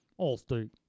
Allstate